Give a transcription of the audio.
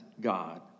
God